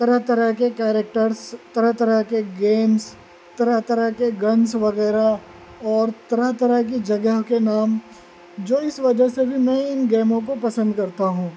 طرح طرح کے کیریکٹرس طرح طرح کے گیمس طرح طرح کے گنس وغیرہ اور طرح طرح کی جگہوں کے نام جو اس وجہ سے بھی میں ان گیموں کو پسند کرتا ہوں